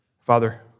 Father